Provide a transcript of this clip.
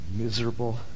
Miserable